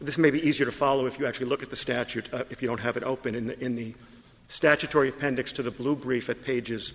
this may be easier to follow if you actually look at the statute if you don't have it open in the in the statutory appendix to the blue griffith pages